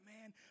man